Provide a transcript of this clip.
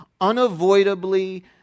unavoidably